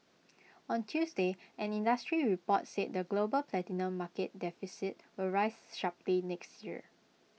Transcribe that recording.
on Tuesday an industry report said the global platinum market deficit will rise sharply next year